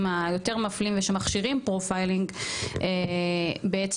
היותר מפלים ושמכשירים פרופיילינג בעצם,